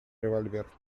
револьвер